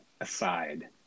aside